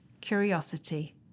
curiosity